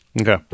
Okay